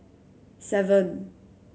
seven